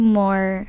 more